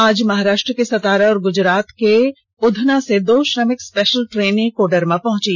आज महाराष्ट्र के सतारा और गुजरात के उधना से दो श्रमिक स्पेषल ट्रेन कोडरमा पहुंची